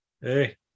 hey